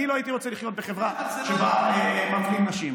אני לא הייתי רוצה לחיות בחברה שבה מפרידים נשים.